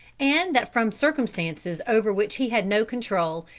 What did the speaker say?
and that from circumstances over which he had no control,